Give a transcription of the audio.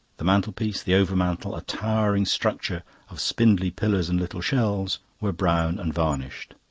the mantelpiece, the over-mantel, a towering structure of spindly pillars and little shelves, were brown and varnished.